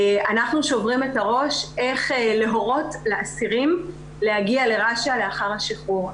אנחנו שוברים את הראש איך להורות לאסירים להגיע לרש"א לאחר השחרור.